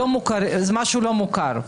זה משהו לא מוכר.